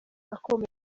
akomeye